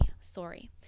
Sorry